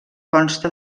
consta